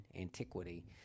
antiquity